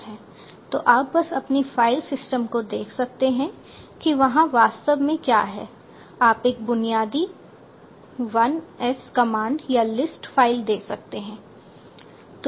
तो आप बस अपने फ़ाइल सिस्टम को देख सकते हैं कि वहां वास्तव में क्या हैं आप एक बुनियादी ls कमांड या लिस्ट फ़ाइल दे सकते हैं